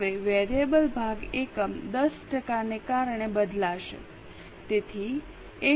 હવે વેરીએબલ ભાગ એકમ 10 ટકાને કારણે બદલાશે તેથી 1